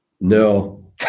no